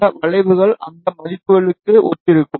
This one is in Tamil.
இந்த வளைவுகள் அந்த மதிப்புகளுக்கு ஒத்திருக்கும்